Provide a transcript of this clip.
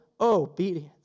obedience